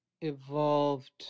evolved